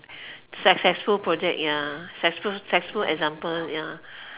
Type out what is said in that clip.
successful project ya succe~ successful example ya